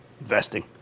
Investing